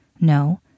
No